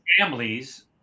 families